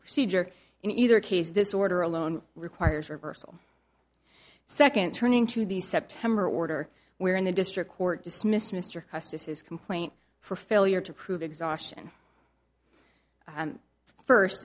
procedure in either case this order alone requires reversal second turning to the september order where in the district court dismissed mr justice's complaint for failure to crude exhaustion first